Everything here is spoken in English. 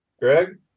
Greg